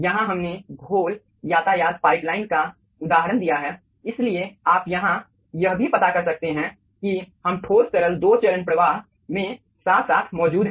यहाँ हमने घोल यातायात पाइपलाइन का उदाहरण दिया है इसलिए आप यहां यह भी पता कर सकते हैं कि हम ठोस तरल दो चरण प्रवाह में साथ साथ मौजूद है